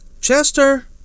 Chester